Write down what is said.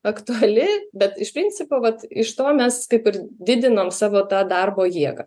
aktuali bet iš principo vat iš to mes kaip ir didinom savo tą darbo jėgą